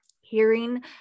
hearing